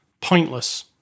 pointless